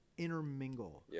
intermingle